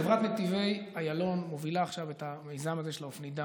חברת נתיבי איילון מובילה עכשיו את המיזם הזה של האופנידן.